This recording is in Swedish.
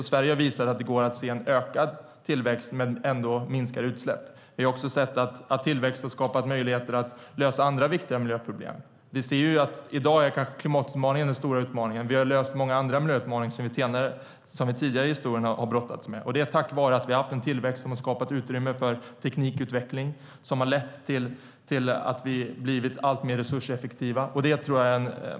Sverige har visat att det går att se en ökad tillväxt med minskade utsläpp. Vi har också sett att tillväxten har skapat möjligheter att lösa andra viktiga miljöproblem. I dag är klimatutmaningen den stora utmaningen. Vi har löst många andra miljöutmaningar som vi tidigare i historien har brottats med, och det är tack vare att vi har haft en tillväxt som har skapat utrymme för teknikutveckling som har lett till att vi blivit alltmer resurseffektiva.